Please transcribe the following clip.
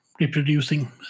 reproducing